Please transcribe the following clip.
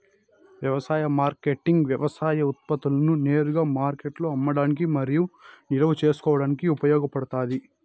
వ్యవసాయ మార్కెటింగ్ వ్యవసాయ ఉత్పత్తులను నేరుగా మార్కెట్లో అమ్మడానికి మరియు నిల్వ చేసుకోవడానికి ఉపయోగపడుతాది